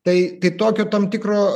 tai tai tokio tam tikro